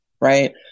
Right